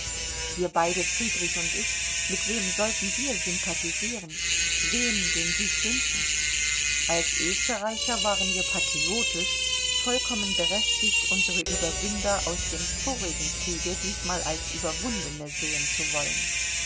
wir beide friedrich und ich mit wem sollten wir sympathisieren wem den sieg wünschen als österreicher waren wir patriotisch vollkommen berechtigt unsere überwinder aus dem vorigen kriege diesmal als überwundene sehen zu wollen